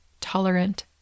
tolerant